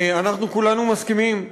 כולנו מסכימים,